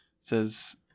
says